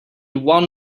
one